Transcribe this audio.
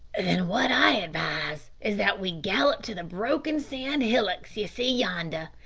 then wot i advise is that we gallop to the broken sand hillocks ye see yonder,